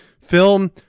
film